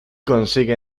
consigue